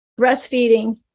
breastfeeding